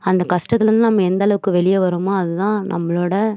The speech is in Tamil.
அந்த கஷ்டத்துலருந்து நம்ம எந்தளவுக்கு வெளிய வர்றோமோ அது தான் நம்மளோட